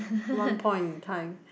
one point in time